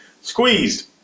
Squeezed